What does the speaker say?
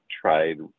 tried